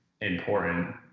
important